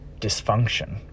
dysfunction